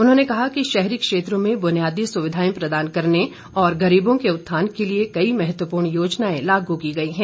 उन्होंने कहा कि शहरी क्षेत्रों में बुनियादी सुविधाएं प्रदान करने और गरीबों के उत्थान के लिए कई महत्वपूर्ण योजनाएं लागू की गई हैं